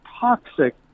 toxic